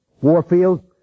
Warfield